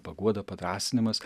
paguoda padrąsinimas